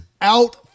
out